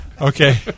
Okay